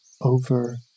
over